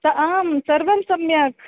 आं सर्वं सम्यक्